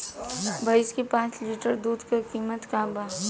भईस के पांच लीटर दुध के कीमत का बा?